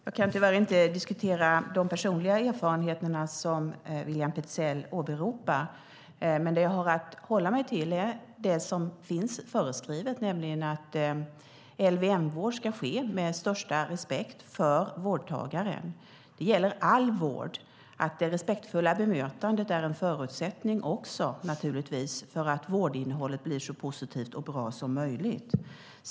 Fru talman! Jag kan tyvärr inte diskutera de personliga erfarenheter som William Petzäll åberopar. Det jag har att hålla mig till är det som finns föreskrivet, nämligen att LVM-vård ska ske med största respekt för vårdtagaren. Det gäller all vård. Det respektfulla bemötandet är naturligtvis en förutsättning för att vårdinnehållet blir så positivt och bra som möjligt.